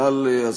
בבקשה,